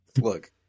Look